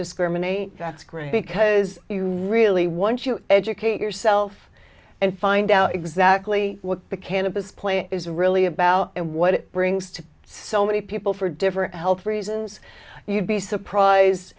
discriminate that's great because you really once you educate yourself and find out exactly what the cannabis play is really about and what it brings to so many people for different health reasons you'd be surprised